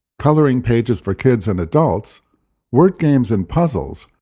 coloring pages for kids and adults word games and puzzles,